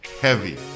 heavy